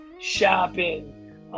shopping